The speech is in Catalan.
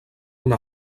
una